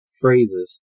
phrases